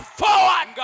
forward